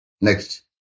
Next